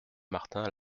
martin